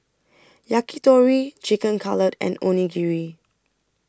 Yakitori Chicken Cutlet and Onigiri